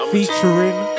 Featuring